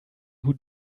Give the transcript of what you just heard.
who